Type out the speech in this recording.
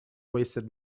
wasted